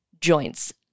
joints